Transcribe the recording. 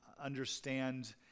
understand